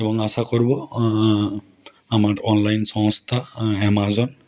এবং আশা করবো আমার অনলাইন সংস্থা অ্যামাজন